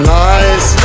nice